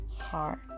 heart